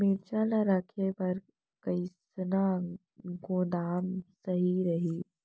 मिरचा ला रखे बर कईसना गोदाम सही रइथे?